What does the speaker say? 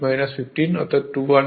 সুতরাং 215 ভোল্ট হবে